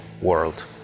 world